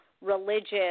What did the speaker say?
religious